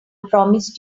promised